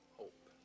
hope